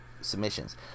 submissions